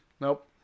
Nope